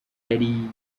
yari